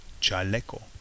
chaleco